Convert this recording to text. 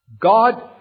God